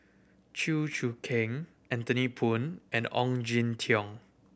Chew Choo Keng Anthony Poon and Ong Jin Teong